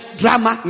drama